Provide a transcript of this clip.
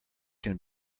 can